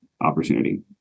opportunity